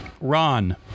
Ron